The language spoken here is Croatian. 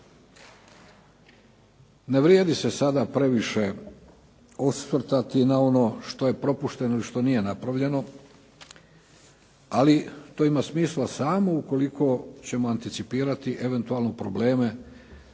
Ne vrijedi se sada previše osvrtati na ono što je propušteno i što nije napravljeno, ali to ima smisla samo ukoliko ćemo anticipirati eventualno probleme